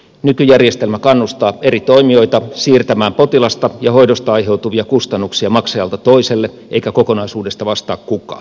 nykyjärjestelmä kannustaa eri toimijoita siirtämään potilasta ja hoidosta aiheutuvia kustannuksia maksajalta toiselle eikä kokonaisuudesta vastaa kukaan